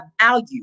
value